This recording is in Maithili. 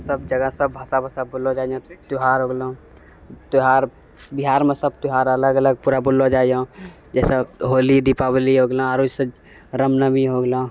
सभजगह सभभाषा वाषा बोललो जाइ छौँ त्यौहार हो गेलौँ त्यौहार बिहारमे सभत्यौहार अलग अलग पूरा बोललो जाइयौँ जैसे होली दीपावली हो गेलौँ आरो ईसभ राम नवमी हो गेलौँ